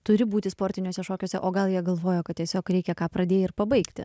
turi būti sportiniuose šokiuose o gal jie galvojo kad tiesiog reikia ką pradėjai ir pabaigti